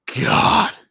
God